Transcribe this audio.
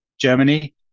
Germany